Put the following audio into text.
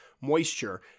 moisture